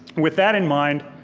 with that in mind,